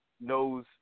knows